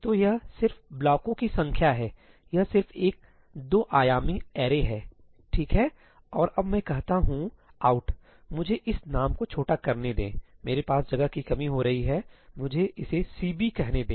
तो यह सिर्फ ब्लॉकों की संख्या हैयह सिर्फ एक 2 आयामी अरे है ठीक है और अब मैं कहता हूं 'out'मुझे इस नाम को छोटा करने दें मेरे पास जगह की कमी हो रही हैमुझे इसे Cb कहने दें